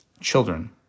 Children